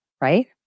right